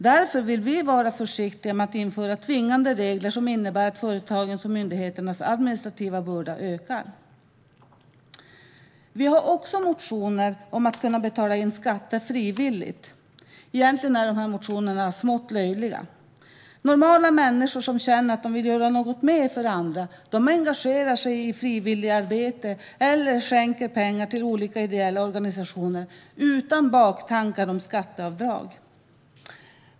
Därför vill vi vara försiktiga med att införa tvingande regler som innebär att företagens och myndigheternas administrativa börda ökar. Vi har också motioner om att man ska kunna betala in skatter frivilligt. Egentligen är de motionerna smått löjliga. Normala människor som känner att de vill göra något mer för andra engagerar sig i frivilligarbete eller skänker pengar till olika ideella organisationer utan baktankar om skatteavdrag.